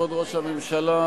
כבוד ראש הממשלה,